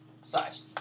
size